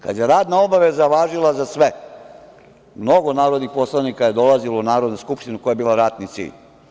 Kada je radna obaveza važila za sve, mnogo narodnih poslanika je dolazilo u Narodnu skupštinu koja je bila ratni cilj.